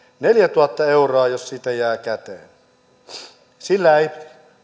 neljätuhatta euroa jos siitä jää käteen niin sillä ei